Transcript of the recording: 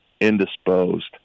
indisposed